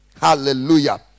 hallelujah